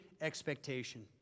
expectation